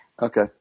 Okay